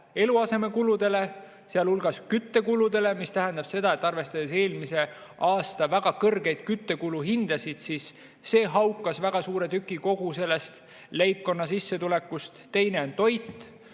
eluasemekuludele, sealhulgas küttekuludele. See tähendab seda, et arvestades eelmise aasta väga kõrgeid küttekulu hindasid, haukas see väga suure tüki kogu sellest leibkonna sissetulekust. Teine on toit,